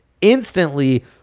instantly